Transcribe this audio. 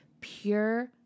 pure